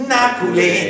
Nakule